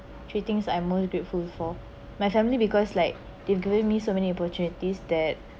three things I'm most grateful for my family because like they've given me so many opportunities that